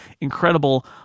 incredible